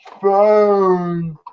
phone